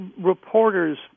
reporters